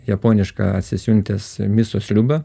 japonišką atsisiuntęs miso sriubą